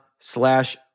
slash